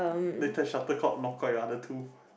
later shuttlecock knock out your other tooth